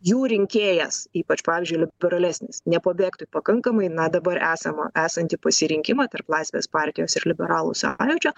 jų rinkėjas ypač pavyzdžiui liberalesnis nepabėgtų į pakankamai na dabar esamą esantį pasirinkimą tarp laisvės partijos ir liberalų sąjūdžio